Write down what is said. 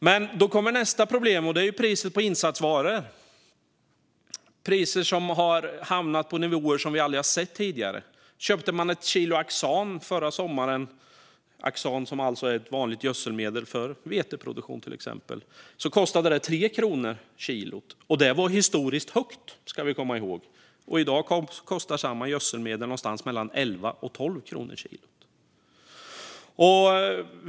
Men då kommer nästa problem, nämligen att priserna på insatsvaror har hamnat på nivåer som vi aldrig har sett tidigare. Köpte man förra sommaren ett kilo Axan, som är ett vanligt gödselmedel för till exempel veteproduktion, kostade det 3 kronor kilot. Då ska vi också komma ihåg att det var historiskt högt. I dag kostar samma gödsel någonstans mellan 11 och 12 kronor kilot.